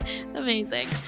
Amazing